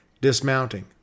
dismounting